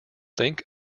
think